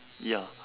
ya